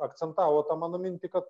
akcentavo tą mano mintį kad